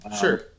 Sure